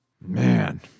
Man